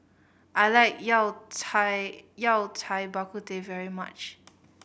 I like Yao Cai Yao Cai Bak Kut Teh very much